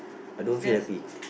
I don't feel happy